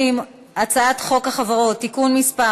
הצעת חוק החברות (תיקון מס'